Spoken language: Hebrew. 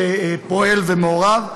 שפועל ומעורב,